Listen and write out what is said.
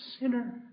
sinner